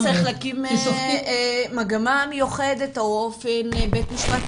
אולי צריך להקים מגמה מיוחדת או אפילו בית משפט